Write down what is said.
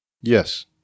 Yes